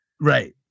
Right